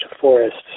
forests